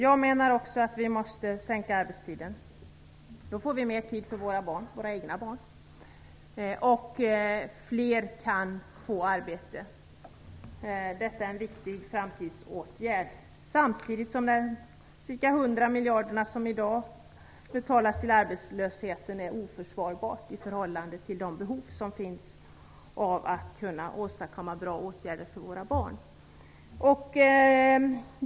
Jag menar också att vi måste sänka arbetstiden. Då får vi mer tid för våra egna barn, och fler kan få arbete. Detta är en viktig framtidsåtgärd. Samtidigt är de ca 100 miljarder som går till att bekämpa arbetslösheten oförsvarbara i förhållande till de behov som finns för att åstadkomma bra åtgärder för våra barn.